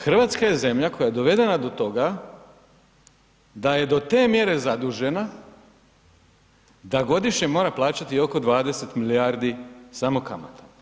Hrvatska je zemlja koja je dovedena do toga, da je do te mjere zadužena da godišnje mora plaćati oko 20 milijardi samo kamata.